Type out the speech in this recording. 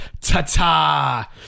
Tata